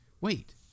Wait